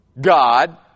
God